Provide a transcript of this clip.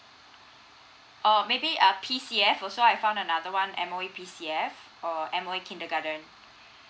or maybe uh P_C_F also I found another one M_O_E P_C_F or M_O_E kindergarten